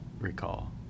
recall